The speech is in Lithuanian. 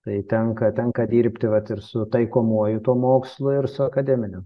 tai tenka tenka dirbti vat ir su taikomuoju tuo mokslu ir su akademiniu